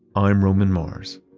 i'm roman mars